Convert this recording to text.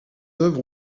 œuvres